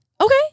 Okay